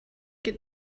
get